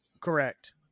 Correct